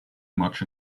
much